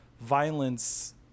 violence